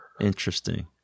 Interesting